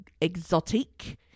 exotic